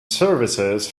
services